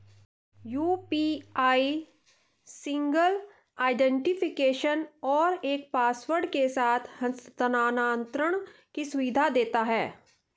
UPI single identification और एक password के साथ हस्थानांतरण की सुविधा देता है